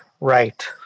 right